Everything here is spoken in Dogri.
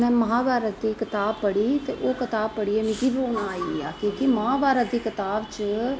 में महाभारत दी किताव पढ़ी ही ओह् कताब पढी ऐ मिगी रोना आई गेआ कि महाभारत दी कताब च